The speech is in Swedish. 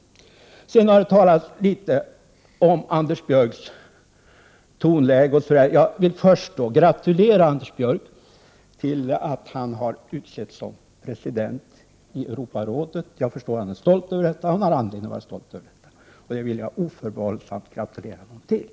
Det har talats om Anders Björck och dennes tonläge. Jag vill först gratulera Anders Björck till att han har utsetts till president i Europarådet. Jag förstår att han är stolt över detta — han har anledning att vara stolt. Och detta vill jag oförbehållsamt gratulera honom till.